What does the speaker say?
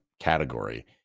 category